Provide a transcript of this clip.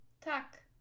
Tak